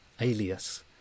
Alias